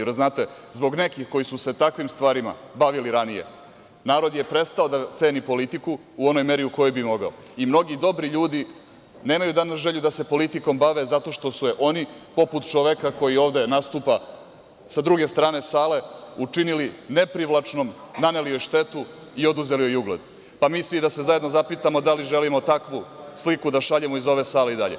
Jer, znate, zbog nekih koji su se takvim stvarima bavili ranije, narod je prestao da ceni politiku u onoj meri u kojoj bi mogao i mnogi dobri ljudi nemaju danas želju da se politikom bave zato što su je oni, poput čoveka koji ovde nastupa sa druge strane sale, učinili neprivlačnom, naneli joj štetu i oduzeli joj ugled, pa mi svi da se zajedno zapitamo - da li želimo takvu sliku da šaljemo iz ove sale i dalje?